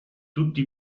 tutti